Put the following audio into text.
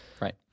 right